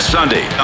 Sunday